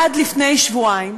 עד לפני שבועיים,